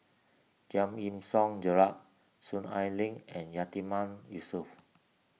Giam Yean Song Gerald Soon Ai Ling and Yatiman Yusof